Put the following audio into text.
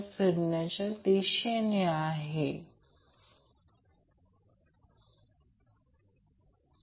त्याचप्रमाणे b साठी आणि b साठी देखील आणि त्याचप्रमाणे c साठी आणि c साठी देखील फिजिकली हे एकमेकांपासून वायंडीग 120° वेगळे आहेत त्यामुळे एकूण 360° आहे